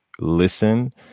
listen